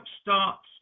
starts